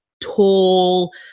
tall